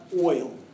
oil